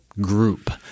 group